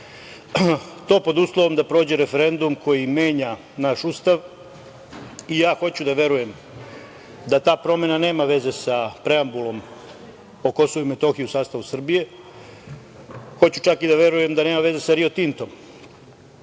to pod uslovom da prođe referendum koji menja naš Ustav. Hoću da verujem da ta promena nema veze sa preambulom o Kosovu i Metohiji u sastavu Srbije, hoću čak da verujem da nema veze sa Rio Tintom,